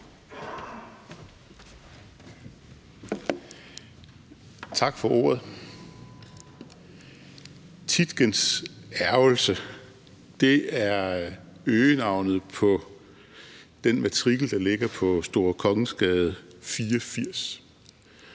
Tak for ordet. Tietgens Ærgrelse er øgenavnet på den matrikel, der ligger på Store Kongensgade 84.